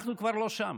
אנחנו כבר לא שם.